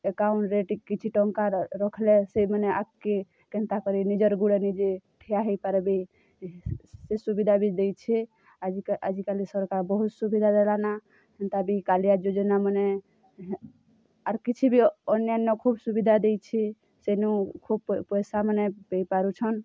ଏକାଉଣ୍ଟ୍ରେ କିଛି ଟଙ୍କା ରଖ୍ଲେ ସେମାନେ ଆଗ୍କେ କେନ୍ତା କରି ନିଜର୍ ଗୁଡ଼େ ନିଜେ ଠିଆ ହେଇପାର୍ବେ ସେ ସୁବିଧା ବି ଦେଇଛେ ଆଜି ଆଜିକାଲି ସରକାର୍ ବହୁତ୍ ସୁବିଧା ଦେଲାନା ହେନ୍ତା ବି କାଲିଆ ଯୋଜନାମନେ ଆର୍ କିଛି ବି ଅନ୍ୟାନ୍ୟ ଖୋବ୍ ସୁବିଧା ଦେଇଛେ ସେନୁ ଖୋବ୍ ପଏସାମାନେ ପାଇ ପାରୁଛନ୍